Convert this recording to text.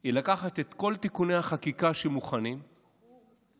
זה לקחת את כל תיקוני החקיקה שמוכנים להגשה,